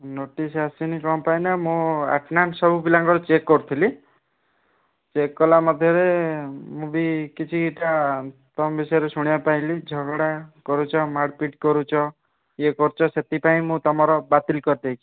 notice ଆସିନି କ'ଣ ପାଇଁ ନା ମୁଁ ଆଟେଣ୍ଡାନ୍ସ୍ ସବୁ ପିଲାଙ୍କର ଚେକ୍ କରୁଥିଲି ଚେକ୍ କଲା ମଧ୍ୟରେ ମୁଁ ବି କିଛିଟା ତୁମ ବିଷୟରେ ଶୁଣିବାକୁ ପାଇଲି ଝଗଡ଼ା କରୁଛ ମାରପିଟ୍ କରୁଛ ଇଏ କରୁଛ ସେଥିପାଇଁ ମୁଁ ତୁମର ବାତିଲ କରିଦେଇଛି